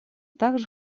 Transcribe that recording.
также